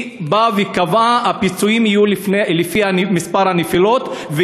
היא באה וקבעה שהפיצויים יהיו לפי מספר הנפילות,